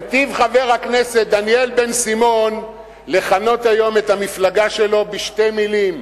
היטיב חבר הכנסת דניאל בן-סימון לכנות היום את המפלגה שלו בשתי מלים,